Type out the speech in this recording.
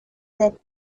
that